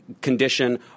condition